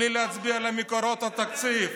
בלי להצביע על מקורות התקציב?